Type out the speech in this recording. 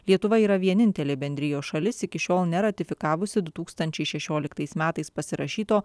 lietuva yra vienintelė bendrijos šalis iki šiol neratifikavusi du tūkstančiai šešioliktais metais pasirašyto